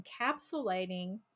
encapsulating